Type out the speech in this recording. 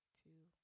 two